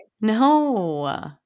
No